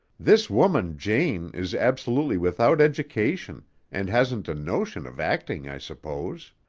this woman, jane, is absolutely without education and hasn't a notion of acting, i suppose.